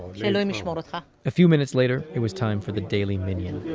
sh'elohim yishmor like ah a few minutes later it was time for the daily minyan.